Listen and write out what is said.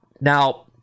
Now